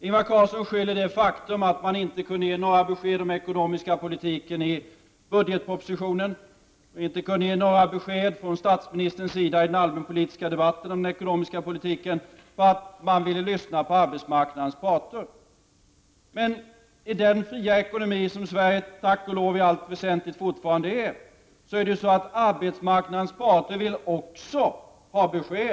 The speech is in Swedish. Ingvar Carlsson skyller det faktum att man inte kunde ge några besked om den ekonomiska politiken i budgetpropositionen och att han inte kan ge något besked i den allmänpolitiska debatten om den ekonomiska politiken på att man vill lyssna på arbetsmarknadens parter. I den fria ekonomi som Sverige tack och lov i allt väsentligt fortfarande är vill arbetsmarknadens parter också ha besked.